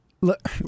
Look